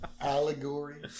Allegory